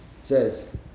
says